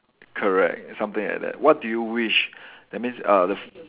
correct something like that what do you wish that means uh the f~